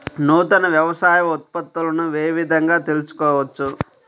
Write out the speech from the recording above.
నూతన వ్యవసాయ ఉత్పత్తులను ఏ విధంగా తెలుసుకోవచ్చు?